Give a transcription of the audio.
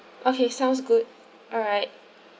okay sounds good alright